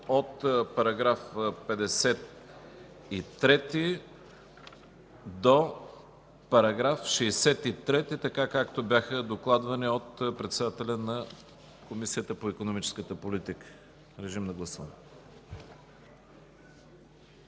от § 53 до § 63, така както бяха докладвани от председателя на Комисията по икономическата политика. Режим на гласуване.